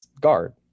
guard